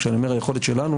כשאני אומר היכולת שלנו